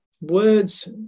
words